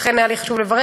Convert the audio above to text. לכן היה לי חשוב לברך,